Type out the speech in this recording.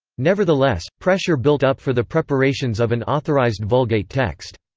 nevertheless, pressure built up for the preparations of an authorized vulgate text.